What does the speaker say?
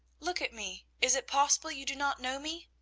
look at me is it possible you do not know me?